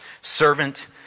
servant